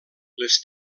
les